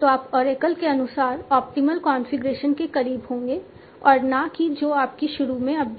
तो आप ओरेकल के अनुसार ऑप्टिमल कॉन्फ़िगरेशन के करीब होंगे और ना कि जो आपकी शुरू में अपडेट था